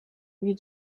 you